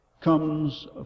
comes